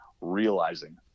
realizing